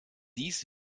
dies